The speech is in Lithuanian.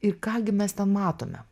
ir ką gi mes ten matome